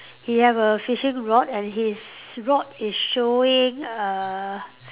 he have a fishing rod and his rod is showing uh